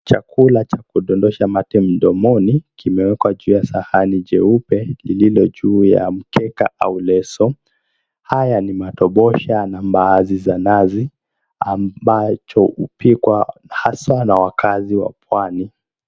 Chakula cha kudodosha mate mdomoni kimewekwa juu ya sahani jeupe lililo juu ya mkeka au leso. Haya ni matombosha na mbaazi za nazi ambacho hupikwa hasa na wakaazi wa Pwani.